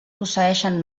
posseeixen